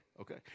okay